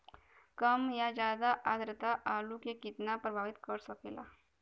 कम या ज्यादा आद्रता आलू के कितना प्रभावित कर सकेला?